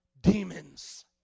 demons